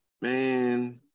man